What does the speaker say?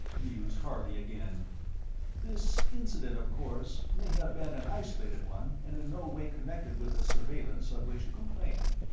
mused harley again this incident, of course, may have been an isolated one and in no way connected with the surveillance of which you complain.